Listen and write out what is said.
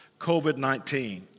COVID-19